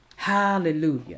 Hallelujah